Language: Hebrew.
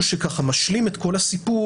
דבר נוסף שמשלים את כל הסיפור,